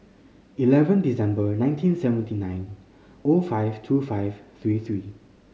eleven December nineteen seventy nine O five two five three three